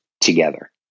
together